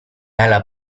alla